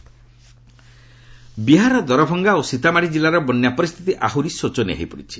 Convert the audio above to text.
Bihar flood ବିହାରର ଦରଭଙ୍ଗା ଓ ସୀତାମାଢ଼ି ଜିଲ୍ଲାର ବନ୍ୟା ପରିସ୍ଥିତି ଆହୁରି ଶୋଚନୀୟ ହୋଇପଡିଛି